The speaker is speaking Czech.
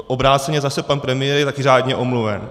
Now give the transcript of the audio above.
Obráceně zase pan premiér je taky řádně omluven.